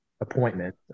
appointment